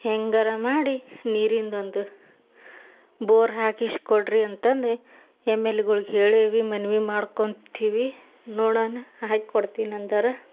ಹೆಂಗಾರೂ ಮಾಡಿ ನೀರಿಂದು ಒಂದು ಬೋರ್ ಹಾಕಿಸ್ ಕೊಡಿರಿ ಅಂತಂದು ಎಮ್ ಎಲ್ಗಳಿಗೆ ಹೇಳೇವಿ ಮನವಿ ಮಾಡ್ಕೊತೀವಿ ನೋಡೋಣ ಹಾಕ್ಕೊಡ್ತೀನಿ ಅಂದರ